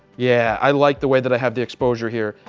yeah, i like the way that i have the exposure here.